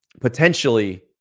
potentially